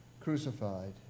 crucified